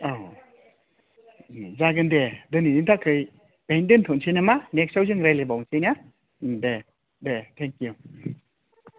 अह उम जागोन दे दोनैनि थाखै बेहायनो दोन्थ'नोसै नामा नेक्स्टआव जों रायलायबावसै ना उम दे दे थेंकिउ